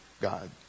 God